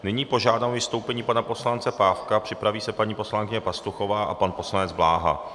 Nyní požádám o vystoupení pana poslance Pávka, připraví se paní poslankyně Pastuchová a pan poslanec Bláha.